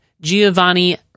Giovanni